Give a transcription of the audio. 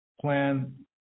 plan